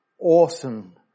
awesome